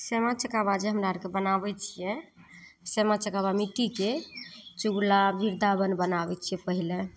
सामा चकेबा जे हमरा आओरके बनाबै छिए सामा चकेबा मिट्टीके चुगला वृन्दावन बनाबै छिए पहिले